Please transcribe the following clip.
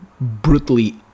brutally